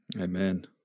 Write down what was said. Amen